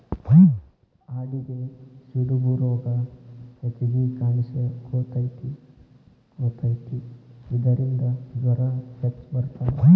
ಆಡಿಗೆ ಸಿಡುಬು ರೋಗಾ ಹೆಚಗಿ ಕಾಣಿಸಕೊತತಿ ಇದರಿಂದ ಜ್ವರಾ ಹೆಚ್ಚ ಬರತಾವ